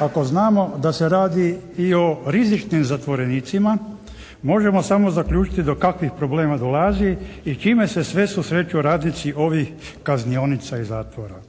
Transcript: Ako znamo da se radi i o rizičnim zatvorenicima možemo samo zaključiti do kakvih problema dolazi i čime se sve susreću radnici ovih kaznionica i zatvora.